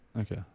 Okay